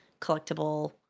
collectible